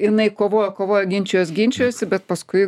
inai kovojo kovojo ginčijos ginčijosi bet paskui